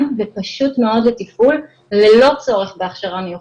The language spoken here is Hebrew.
ופשוט מאוד לתפעול ללא צורך בהכשרה מיוחדת.